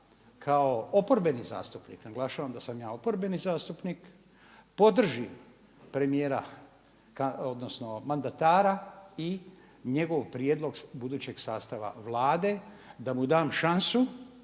kao oporbeni zastupnik, naglašavam da sam ja oporbeni zastupnik podrži premijera odnosno mandatara i njegov prijedlog budućeg sastava Vlade, da mu dam šansu